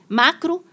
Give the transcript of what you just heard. macro